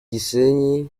gisenyi